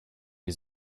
wir